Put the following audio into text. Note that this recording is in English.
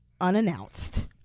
unannounced